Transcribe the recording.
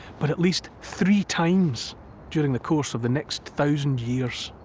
but at least three times during the course of the next thousand years.